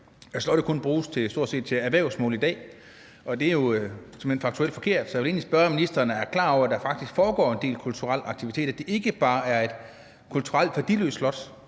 stort set kun bruges til erhvervsformål i dag, og det er såmænd faktuelt forkert, så jeg vil egentlig spørge, om ministeren er klar over, at der faktisk foregår en del kulturelle aktiviteter, og at det ikke bare er et kulturelt værdiløst slot.